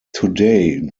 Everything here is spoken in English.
today